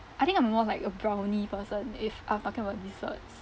I think I'm more like a brownie person if ah talking about desserts